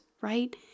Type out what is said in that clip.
right